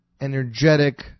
energetic